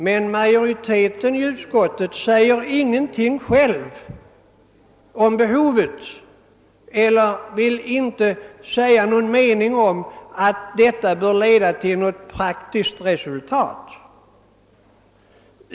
Men majoriteten i utskottet säger ingenting själv om behovet eller vill inte framföra någon mening om att översynen bör leda till något praktiskt resultat.